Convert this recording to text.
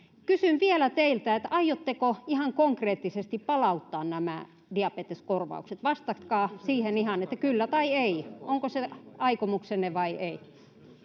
kysyn vielä teiltä aiotteko ihan konkreettisesti palauttaa nämä diabeteskorvaukset vastatkaa siihen ihan että kyllä tai ei onko se aikomuksenne vai ei